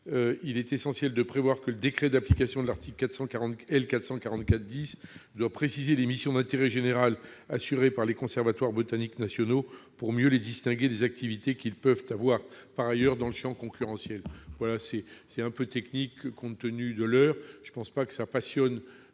Il est essentiel de prévoir que le décret d'application de l'article L. 414-10 devra préciser les missions d'intérêt général assurées par les conservatoires botaniques nationaux, pour mieux les distinguer des activités qu'ils peuvent avoir par ailleurs dans le champ concurrentiel. Ces trois amendements peuvent sembler un peu techniques et guère